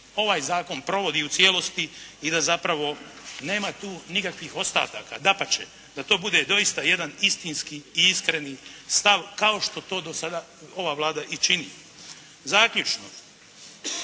ovaj zakon provodi u cijelosti i da zapravo nema tu nikakvih ostataka. Dapače, da to bude doista jedan istinski i iskreni stav kao što to do sada ova Vlada i čini. Zaključno.